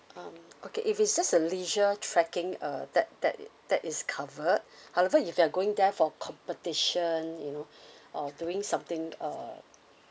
um okay if it's just a leisure trekking uh that that that is covered however if you are going there for competition you know uh doing something uh